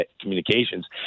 Communications